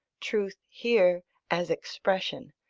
truth here as expression,